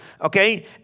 Okay